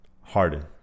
Harden